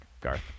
Garth